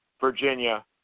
Virginia